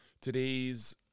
Today's